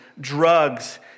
drugs